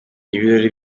ibirori